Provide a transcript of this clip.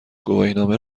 گواهینامه